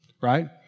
right